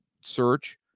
search